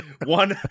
One